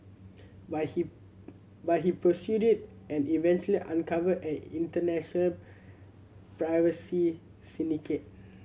but he but he pursued it and eventually uncovered an international privacy syndicate